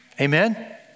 Amen